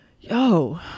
yo